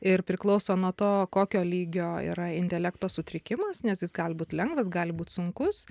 ir priklauso nuo to kokio lygio yra intelekto sutrikimas nes jis gali būt lengvas gali būt sunkus